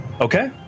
Okay